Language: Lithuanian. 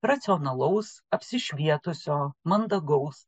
racionalaus apsišvietusio mandagaus